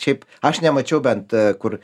šiaip aš nemačiau bent kur